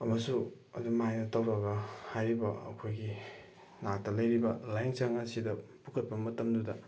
ꯑꯃꯁꯨ ꯑꯗꯨꯝ ꯍꯥꯏꯅ ꯇꯧꯔꯒ ꯍꯥꯏꯔꯤꯕ ꯑꯩꯈꯣꯏꯒꯤ ꯅꯥꯛꯇ ꯂꯩꯔꯤꯕ ꯂꯥꯏꯌꯦꯡꯁꯪ ꯑꯁꯤꯗ ꯄꯨꯈꯠꯄ ꯃꯇꯝꯗꯨꯗ